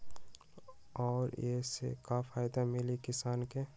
और ये से का फायदा मिली किसान के?